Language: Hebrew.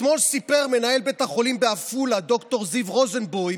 אתמול סיפר מנהל בית החולים בעפולה ד"ר זיו רוזנבוים,